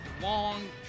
long